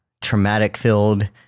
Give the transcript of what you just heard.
traumatic-filled